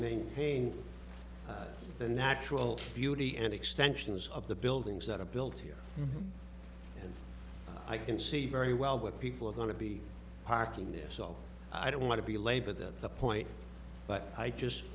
maintain the natural beauty and extensions of the buildings that are built here and i can see very well with people of going to be parking there so i don't want to be labor that point but i just